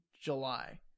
July